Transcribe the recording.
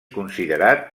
considerat